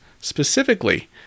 specifically